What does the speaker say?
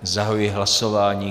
Zahajuji hlasování.